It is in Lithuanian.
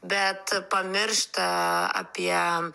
bet pamiršta apie